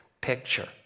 picture